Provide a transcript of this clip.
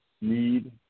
need